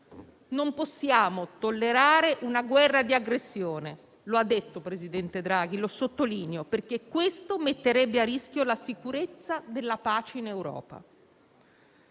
Non possiamo tollerare una guerra di aggressione: lo ha detto il presidente Draghi e lo sottolineo, perché questo metterebbe a rischio la sicurezza della pace in Europa.